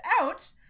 out